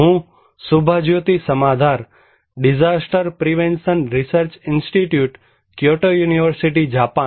હું Shubhajyoti Samadhar disaster prevention research institute Kyoto university Japan